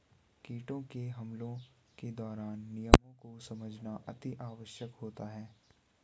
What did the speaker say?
कीटों के हमलों के दौरान नियमों को समझना अति आवश्यक होता है